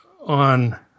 on –